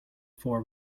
for